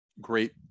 great